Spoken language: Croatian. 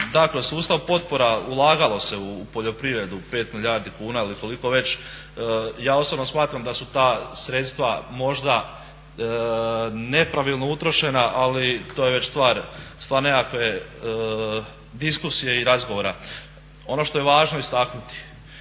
dakle u sustav potpora ulagalo se u poljoprivredu 5 milijardi kuna ili koliko već. Ja osobno smatram da su ta sredstva možda nepravilno utrošena, ali to je već stvar nekakve diskusije i razgovora. Ono što je važno istaknuti